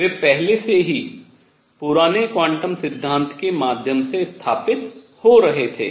वे पहले से ही पुराने क्वांटम सिद्धांत के माध्यम से स्थापित हो रहे थे